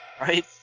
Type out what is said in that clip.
Right